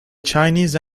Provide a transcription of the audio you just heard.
chinese